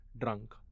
drunk